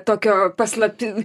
tokio paslapty